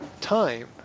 time